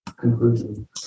conclusion